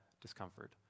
discomfort